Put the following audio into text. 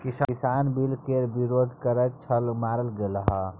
किसान बिल केर विरोध करैत छल मारल गेलाह